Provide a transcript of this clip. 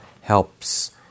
helps